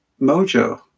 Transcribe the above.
mojo